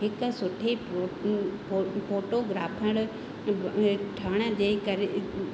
हिक सुठे फोटूं फोटोग्राफर ठहिण जे करे